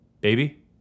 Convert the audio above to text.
Baby